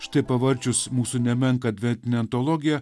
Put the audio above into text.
štai pavarčius mūsų nemenką adventinę antologiją